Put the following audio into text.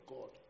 God